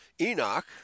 Enoch